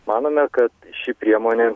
manome kad ši priemonė